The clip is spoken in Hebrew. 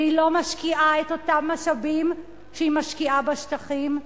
והיא לא משקיעה את אותם משאבים שהיא משקיעה בשטחים כדי